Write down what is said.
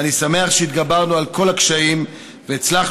ואני שמח שהתגברנו על כל הקשיים והצלחנו